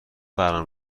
برنامه